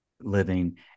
living